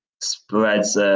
spreads